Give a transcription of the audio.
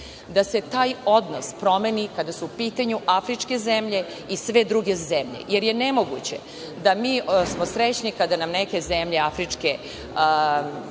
da se taj odnos promeni kada su u pitanju afričke zemlje i sve druge zemlje. Jer, nemoguće je da smo mi srećni kada nam neke zemlje afričke